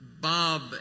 Bob